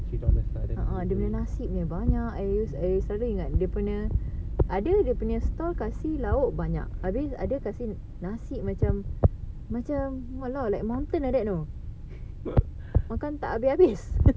uh uh dia punya nasi punya banyak I always I always ingat dia punya ada dia punya stall kasih lauk banyak abeh ada nasi macam macam !walao! like mountain like that know makan tak habis